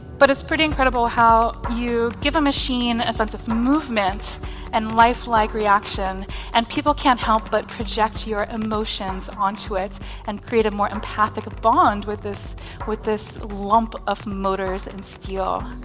but it's pretty incredible how you give a machine a sense of movement and life-like reaction and people can't help but project your emotions onto it and create a more empathic bond with this with this lump of motors and steel.